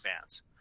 fans